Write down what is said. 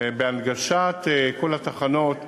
בהנגשת כל התחנות לנכים,